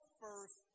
first